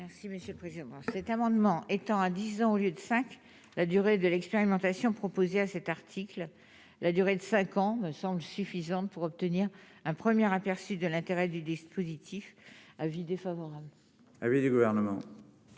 Merci monsieur le président, cet amendement étant à 10 ans au lieu de 5 la durée de l'expérimentation proposée à cet article : la durée de 5 ans semble suffisante pour obtenir un 1er aperçu de l'intérêt du dispositif : avis défavorable. Du gouvernement